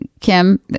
kim